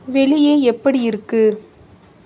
வெளியே எப்படி இருக்கு